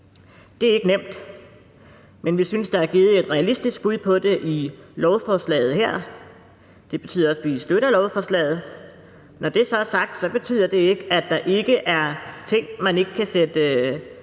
Det er ikke nemt, men vi synes, der er givet et realistisk bud på det i lovforslaget her. Det betyder også, at vi støtter lovforslaget. Når det så er sagt, betyder det ikke, at der ikke er ting, man kan sætte